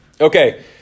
Okay